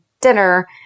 dinner